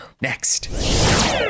Next